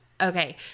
okay